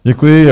Děkuji.